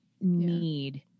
need